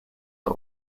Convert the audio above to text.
are